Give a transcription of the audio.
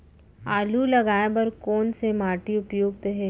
आलू लगाय बर कोन से माटी उपयुक्त हे?